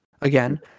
again